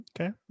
Okay